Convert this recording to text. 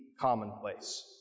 commonplace